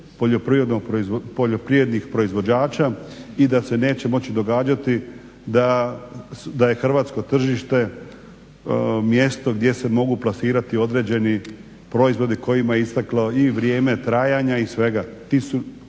poljoprivrednih proizvođača i da se neće moći događati da je hrvatsko tržište mjesto gdje se mogu plasirati određeni proizvodi kojima je isteklo i vrijeme trajanja i svega.